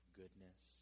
goodness